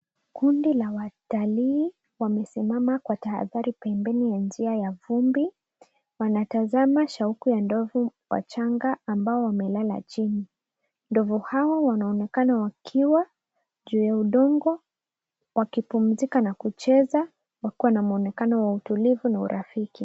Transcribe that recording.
Kundi la watalii wamesimama kwa tahadhari pembeni ya njia ya vumbi. Wanatazama shauku ya ndovu wachanga ambao wamelaka chini. Ndovu hawa wanaonekana wakiwa juu ya udongo wakipumzika na kucheza wakiwa na muonekano wa utulivu na urafiki.